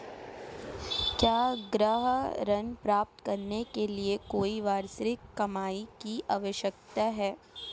क्या गृह ऋण प्राप्त करने के लिए कोई वार्षिक कमाई की आवश्यकता है?